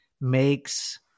makes